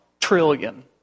trillion